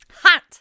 Hot